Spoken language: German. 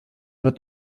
wird